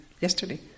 yesterday